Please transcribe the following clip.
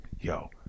yo